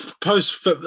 post